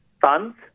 funds